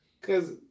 Cause